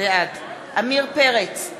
בעד עמיר פרץ,